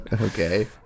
Okay